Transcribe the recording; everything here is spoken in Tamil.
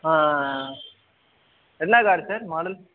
ஆ ஆ ஆ என்ன கார் சார் மாடல்